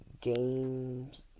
games